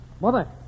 Mother